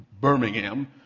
Birmingham